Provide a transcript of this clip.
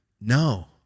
No